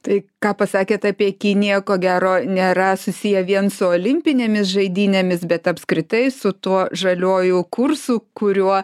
tai ką pasakėt apie kiniją ko gero nėra susiję vien su olimpinėmis žaidynėmis bet apskritai su tuo žaliuoju kursu kuriuo